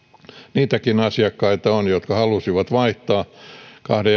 niitäkin asiakkaita on jotka halusivat vaihtaa kahden